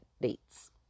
dates